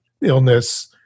illness